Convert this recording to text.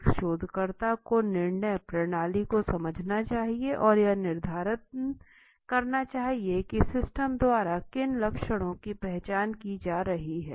एक शोधकर्ता को नियंत्रण प्रणाली को समझना चाहिए और यह निर्धारित करना चाहिए कि सिस्टम द्वारा किन लक्षणों की पहचान की जा रही है